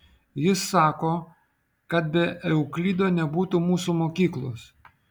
jis sako kad be euklido nebūtų mūsų mokyklos